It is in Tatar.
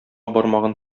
бармагын